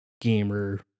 gamer